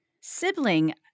sibling